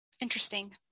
Interesting